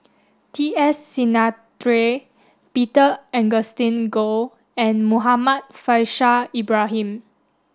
T S Sinnathuray Peter Augustine Goh and Muhammad Faishal Ibrahim